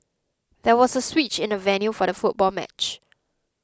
there was a switch in the venue for the football match